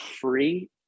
free